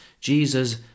Jesus